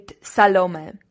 Salome